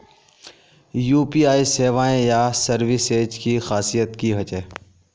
UPI सेवाएँ या services की खासियत की होचे?